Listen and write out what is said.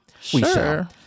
sure